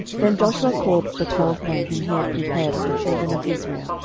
then joshua called the twelve men, whom he had prepared of the children of israel,